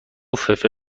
فلفل